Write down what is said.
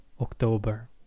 October